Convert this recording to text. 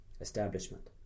establishment